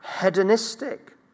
hedonistic